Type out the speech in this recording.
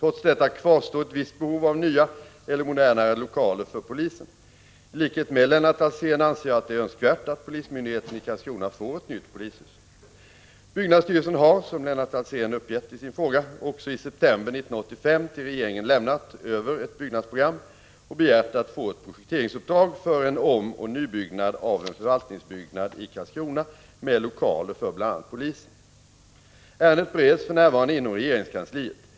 Trots detta kvarstår ett visst behov av nya eller modernare lokaler för polisen. I likhet med Lennart Alsén anser jag att det är önskvärt att polismyndigheten i Karlskrona får ett nytt polishus. Byggnadsstyrelsen har — som Lennart Alsén uppgett i sin fråga — också i september 1985 till regeringen lämnat över ett byggnadsprogram och begärt att få ett projekteringsuppdrag för en omoch nybyggnad av en förvaltningsbyggnad i Karlskrona med lokaler för bl.a. polisen. Ärendet bereds för närvarande inom regeringskansliet.